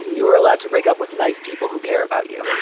you are allowed to break up with nice people who care about you.